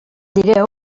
direu